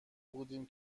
بودیم